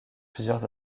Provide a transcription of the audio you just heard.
plusieurs